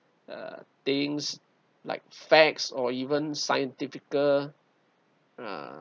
uh things like facts or even scientifical ah